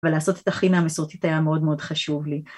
‫אבל לעשות את החינה המסורתית ‫היה מאוד מאוד חשוב לי.